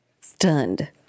Stunned